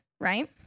right